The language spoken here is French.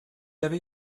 avait